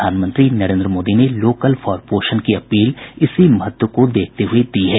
प्रधानमंत्री नरेंद्र मोदी ने local for पोषण की अपील इसी महत्व को देखते हुए दी है